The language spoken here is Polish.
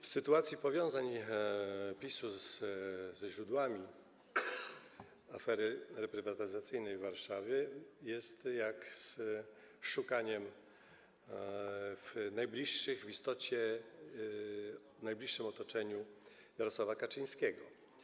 W sytuacji powiązań PiS-u ze źródłami afery reprywatyzacyjnej w Warszawie jest jak z szukaniem najbliższych... w najbliższym otoczeniu Jarosława Kaczyńskiego.